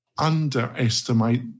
Underestimate